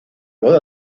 boda